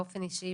באופן אישי,